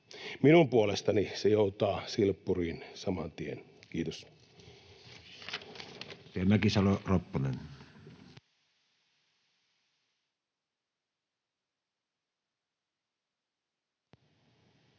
Minun puolestani se joutaa silppuriin saman tien. — Kiitos.